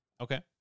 okay